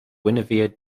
guinevere